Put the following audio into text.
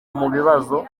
mubibazo